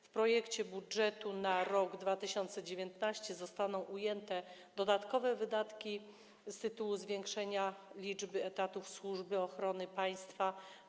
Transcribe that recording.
W projekcie budżetu na rok 2019 zostaną ujęte dodatkowe wydatki z tytułu zwiększenia liczby etatów w Służbie Ochrony Państwa.